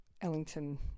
Ellington